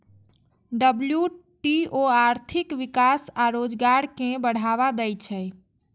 WTO आर्थिक विकास आ रोजगार कें बढ़ावा दै छै